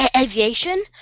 aviation